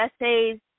essays